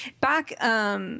Back